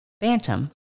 Bantam